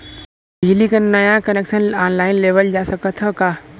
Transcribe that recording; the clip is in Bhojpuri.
बिजली क नया कनेक्शन ऑनलाइन लेवल जा सकत ह का?